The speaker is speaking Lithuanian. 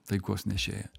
taikos nešėją